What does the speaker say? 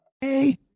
Hey